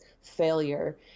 failure